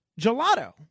gelato